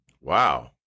Wow